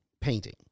painting